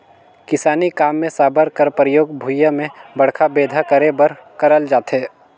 किसानी काम मे साबर कर परियोग भुईया मे बड़खा बेंधा करे बर करल जाथे